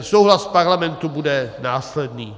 Souhlas Parlamentu bude následný.